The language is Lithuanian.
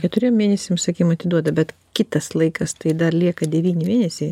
keturiem mėnesiam sakim atiduoda bet kitas laikas tai dar lieka devyni mėnesiai